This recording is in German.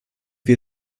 wir